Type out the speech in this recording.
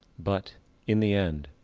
but in the end,